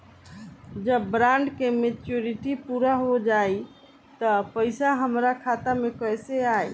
जब बॉन्ड के मेचूरिटि पूरा हो जायी त पईसा हमरा खाता मे कैसे आई?